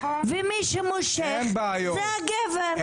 ומי שמושך זה הגבר.